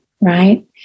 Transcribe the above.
right